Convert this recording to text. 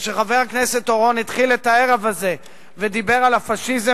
וכשחבר הכנסת אורון התחיל את הערב הזה ודיבר על הפאשיזם,